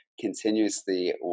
continuously